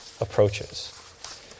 approaches